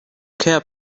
care